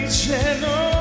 channel